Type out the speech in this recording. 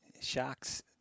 Sharks